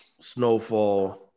snowfall